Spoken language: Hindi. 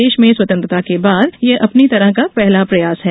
देश में स्वतंत्रता के बाद ये अपनी तरह का पहला प्रयास है